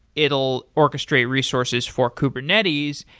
it will orchestrate resources for kubernetes,